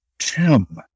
Tim